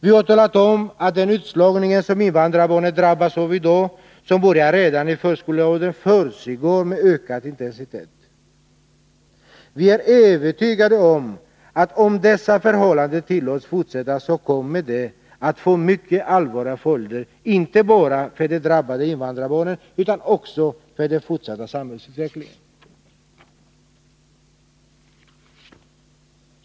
Vi har talat om, att den utslagning som invandrarbarnen drabbas av i dag och som börjar redan i förskoleåldern, försiggår med ökad intensitet. Vi är övertygade om, att om dessa förhållanden tillåts fortsätta, så kommer det att få mycket allvarliga följder, inte bara för de drabbade invandrarbarnen, utan också för den fortsatta samhällsutvecklingen.